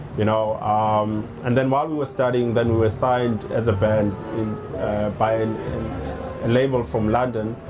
you know ah um and then while we were studying, then we were signed as a band by a label from london.